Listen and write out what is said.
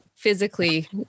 physically